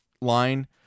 line